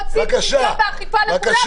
כשאנחנו רוצים שוויון באכיפה לכולם,